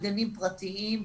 בגנים פרטיים,